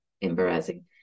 embarrassing